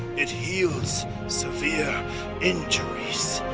it heals severe injuries.